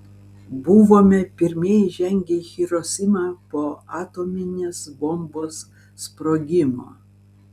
buvome pirmieji įžengę į hirosimą po atominės bombos sprogimo